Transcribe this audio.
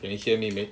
can you hear me man